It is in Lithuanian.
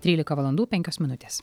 trylika valandų penkios minutės